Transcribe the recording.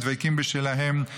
הם דבקים בשלהם,